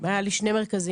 והיה לי שני מרכזים,